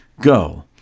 Go